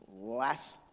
last